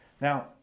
Now